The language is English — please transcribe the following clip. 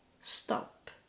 stop